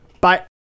bye